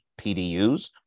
PDUs